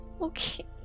Okay